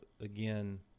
again